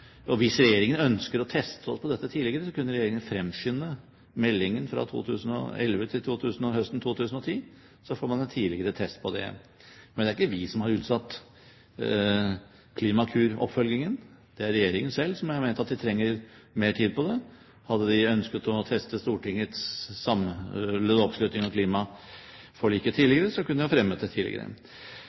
Hvis regjeringen ønsker å teste oss på dette tidligere, kan regjeringen fremskynde meldingen fra 2011 til høsten 2010, så får man en tidligere test på det. Men det er ikke vi som har utsatt Klimakur-oppfølgingen. Det er regjeringen selv som har ment at den trenger mer tid på det. Hadde den ønsket å teste Stortingets samlende oppslutning om klimaforliket tidligere, kunne den fremmet saken tidligere. Det er i første rekke en